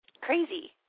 Crazy